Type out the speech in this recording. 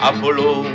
Apollo